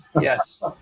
yes